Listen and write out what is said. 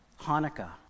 Hanukkah